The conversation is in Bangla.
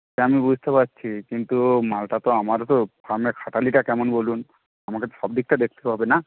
সে আমি বুঝতে পারছি কিন্তু মালটা তো আমারও তো ফার্মে খাটনিটা কেমন বলুন আমাকে তো সবদিকটা দেখতে হবে না